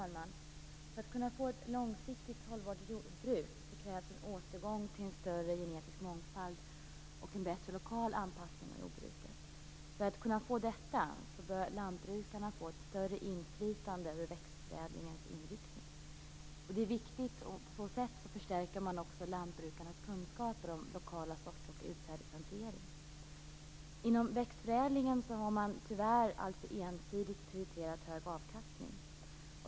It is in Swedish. Herr talman! För att kunna få ett långsiktigt hållbart jordbruk krävs det en återgång till en större genetisk mångfald och en bättre lokal anpassning av jordbruket. För att detta skall bli möjligt bör lantbrukarna få ett större inflytande över växtförädlingens inriktning. Det är viktigt, eftersom man på så sätt förstärker lantbrukarnas kunskaper om lokal sort och utsädeshantering. Inom växtförädlingen har man tyvärr alltför ensidigt prioriterat hög avkastning.